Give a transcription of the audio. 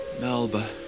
Melba